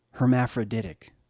hermaphroditic